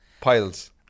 Piles